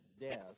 death